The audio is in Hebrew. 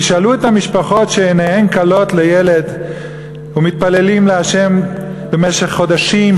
תשאלו את המשפחות שעיניהן כלות לילד ומתפללות לה' במשך חודשים,